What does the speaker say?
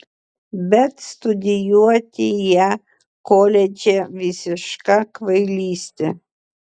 bet studijuoti ją koledže visiška kvailystė